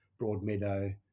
Broadmeadow